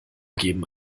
geben